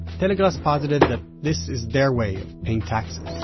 telegrass posited that this is their way of paying taxes